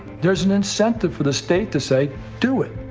there's an incentive for the state to say, do it,